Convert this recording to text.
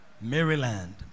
Maryland